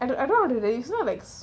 I don't know I don't know it's not like s~